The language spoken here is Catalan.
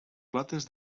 plates